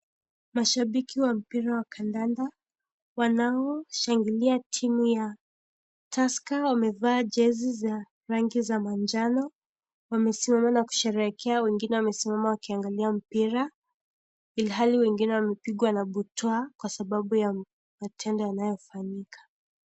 Mashabiki wa mpira wa kandanda, wanaoshangilia timu ya Tusker, wamevaa jezi za rangi ya manjano, wamesimama na kusherehekea, na wengine wamesimama wakiangalia mpira, ilhali wengine wamepigwa na butwaa kwa sababu ya matendo yanayofanyika.